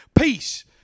Peace